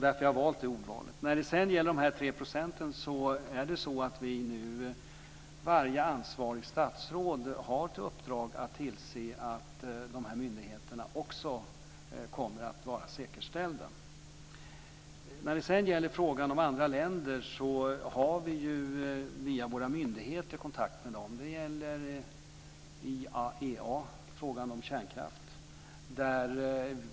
Därför har jag valt dessa ord. När det sedan gäller de tre procenten kan jag säga att varje ansvarigt statsråd nu har till uppdrag att tillse att också dessa myndigheters system kommer att vara säkerställda. När det sedan gäller frågan om andra länder kan jag säga att vi via våra myndigheter har kontakt med dem. Det gäller IAEA - frågan om kärnkraft.